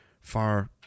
Far